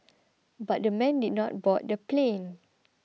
but the men did not board the plane